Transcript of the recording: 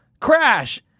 Crash